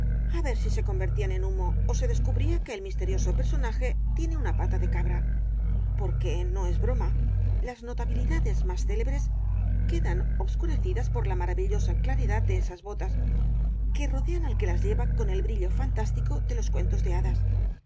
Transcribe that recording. á ver si se convertían en humo ó se descubría que el misterioso personaje tiene una pata de cabra porque no es broma las notabilidades más célebres quedan obscurecidas por rosalía de castro la maravillosa claridad de esas botas que rodean al que las lleva con el brillo fantástico de los cuentos de hadas